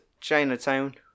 Chinatown